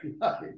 right